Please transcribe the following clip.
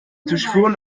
durchfuhren